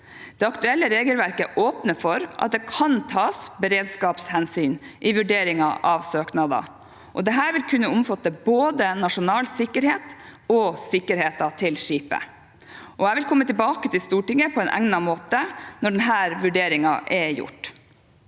Det aktuelle regelverket åpner for at det kan tas «beredskapshensyn» i vurderingen av søknader, og dette vil kunne omfatte både nasjonal sikkerhet og sikkerheten til skipet. Jeg vil komme tilbake til Stortinget på egnet måte når denne vurderingen er gjort.